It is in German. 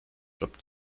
job